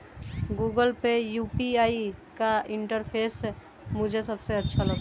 Google Pay UPI का interface मुझे सबसे अच्छा लगता है